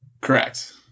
correct